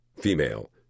Female